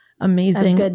amazing